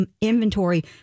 inventory